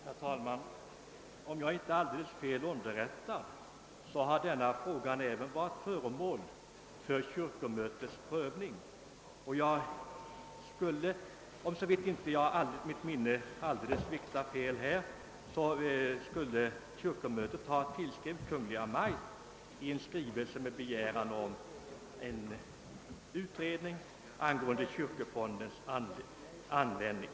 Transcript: Herr talman! Om jag inte är fel underrättad har denna fråga varit föremål för kyrkomötets prövning. Såvida mitt minne inte sviker mig skrev kyrkomötet så sent som 1963 till Kungl. Maj:t och begärde en utredning angående kyrkofondens användning.